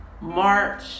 March